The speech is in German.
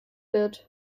wird